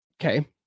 okay